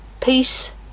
peace